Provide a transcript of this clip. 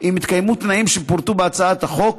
אם התקיימו תנאים שפורטו בהצעת החוק.